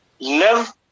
Live